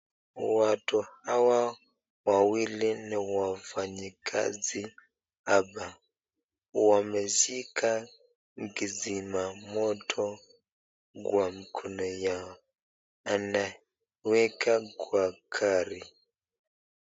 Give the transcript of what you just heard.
Watu hawa wawili ni wafanyikazi hapa. Wameshika kizima moto kwa mkono yao. Anaweka kwa gari.